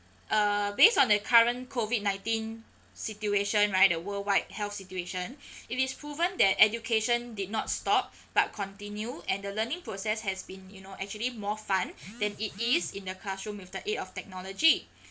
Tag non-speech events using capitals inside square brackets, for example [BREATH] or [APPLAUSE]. uh based on the current COVID nineteen situation right the worldwide health situation [BREATH] it is proven that education did not stop [BREATH] but continue and the learning process has been you know actually more fun than it is in the classroom with the aid of technology